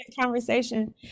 conversation